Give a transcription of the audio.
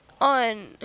On